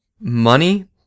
money